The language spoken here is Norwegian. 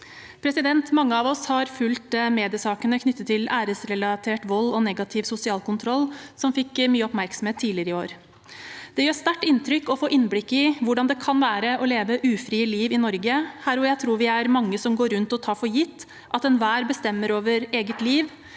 Mange av oss har fulgt mediesakene knyttet til æresrelatert vold og negativ sosial kontroll som fikk mye oppmerksomhet tidligere i år. Det gjør sterkt inntrykk å få innblikk i hvordan det kan være å leve et ufritt liv i Norge, og jeg tror vi er mange som går rundt og tar for gitt at enhver bestemmer over eget liv,